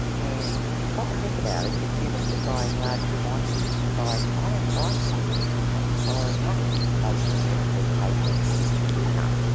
and if you stop and think about it, consumers can buy in larger quantities and buy higher priced goods if they can borrow money based on the expectation of future income.